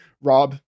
Rob